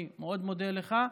אני מאוד מודה לך.